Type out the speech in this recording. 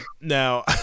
now